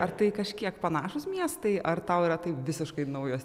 ar tai kažkiek panašūs miestai ar tau yra tai visiškai naujos